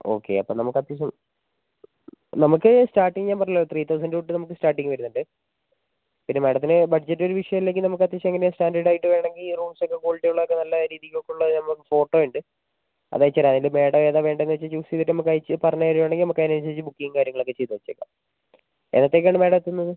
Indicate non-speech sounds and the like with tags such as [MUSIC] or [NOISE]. okay അപ്പം നമുക്ക് അത്യാവശ്യം നമുക്ക് സ്റ്റാർട്ടിംഗ് ഞാൻ പറഞ്ഞില്ലേ ത്രീ തൗസൻഡ് തൊട്ട് നമുക്ക് സ്റ്റാർട്ടിംഗ് വരുന്നുണ്ട് പിന്നെ മാഡത്തിന് ബഡ്ജറ്റ് ഒരു വിഷയം അല്ലെങ്കിൽ നമുക്ക് അത്യാവശ്യം എങ്ങനെയാണ് സ്റ്റാൻഡേർഡ് ആയിട്ട് വേണമെങ്കിൽ ഈ റൂംസൊക്കെ ക്വാളിറ്റി ഉള്ള ഒക്കെ നല്ല രീതിക്കൊക്കെ ഉള്ള [UNINTELLIGIBLE] ഫോട്ടോ ഉണ്ട് അത് അയച്ചുതരാം എന്നിട്ട് മാഡം ഏതാ വേണ്ടേന്ന് വെച്ചാൽ ചൂസ് ചെയ്തിട്ട് നമുക്ക് അയച്ച് പറഞ്ഞുതരണെങ്കിൽ നമുക്ക് അതിന് അനുസരിച്ച് ബുക്കിംഗ് കാര്യങ്ങളൊക്കെ ചെയ്ത് വെച്ചേക്കാം എന്നത്തേക്ക് ആണ് മാഡം എത്തുന്നത്